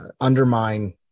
undermine